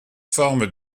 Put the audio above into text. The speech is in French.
forment